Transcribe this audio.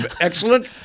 excellent